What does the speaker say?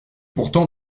pourtant